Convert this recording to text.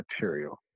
material